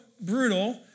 brutal